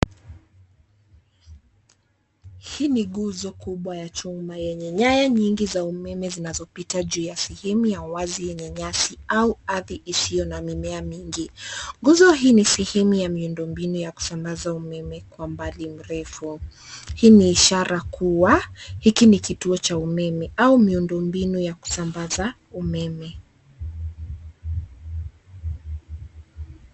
Hii ni nguzo kubwa ya chuma yenye nyaya nyingi za umeme zinazopita juu ya sehemu ya wazi yenye nyasi au ardhi isiyo na mimea mingi. Nguzo hii ni sehemu ya miundo mbinu ya kusambaza umeme kwa mbali mrefu. Hii ni ishara kuwa hiki ni kituo cha umeme au miundombinu ya kusambaza umeme.